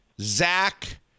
Zach